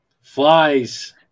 flies